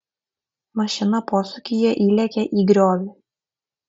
mašina posūkyje įlėkė į griovį